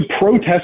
protest